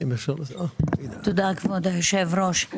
תודה, כבוד היושב-ראש.